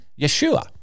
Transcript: Yeshua